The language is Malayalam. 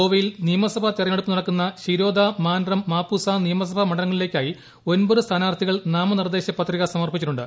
ഗോവയിൽ നിയമസഭാ തെരഞ്ഞെടുപ്പ് നടക്കുന്ന ശിരോദ മാൻഡ്രം മാപ്പൂസാ നിയമസഭാ മണ്ഡലങ്ങളിലേക്കായി ഒൻമ്പത് സ്ഥാനാർത്ഥികൾ നാമനിർദ്ദേശ പത്രിക സമർപ്പിച്ചിട്ടുണ്ട്